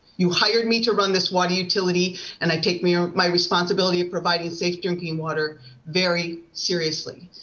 you hired me to run this water utility and i take me my responsibility of providing safe drinking water very seriously.